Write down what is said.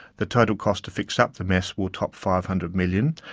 the total cost to fix up the mess will top five hundred million